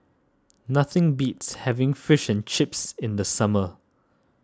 nothing beats having Fish and Chips in the summer